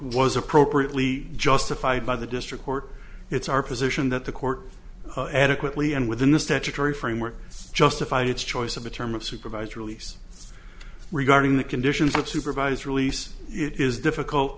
was appropriately justified by the district court it's our position that the court adequately and within the statutory framework justified its choice of a term of supervised release regarding the conditions of supervised release it is difficult